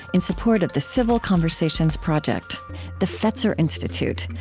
in support of the civil conversations project the fetzer institute,